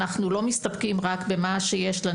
כי אני רוצה להיות בצד הנותן ואני כרגע לא סופרת את מה שאני מקבלת.